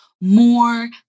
more